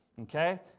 Okay